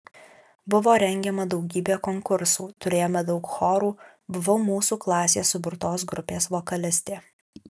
buvo rengiama daugybė konkursų turėjome daug chorų buvau mūsų klasės suburtos grupės vokalistė